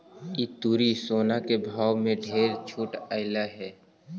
इस तुरी सोना के भाव में ढेर छूट अएलई हे